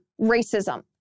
racism